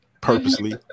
purposely